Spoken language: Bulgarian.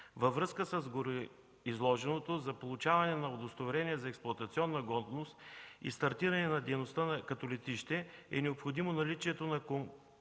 Във връзка с гореизложеното за получаване на удостоверение за експлоатационна годност и стартиране на дейността като летище, е необходимо наличието на конкретна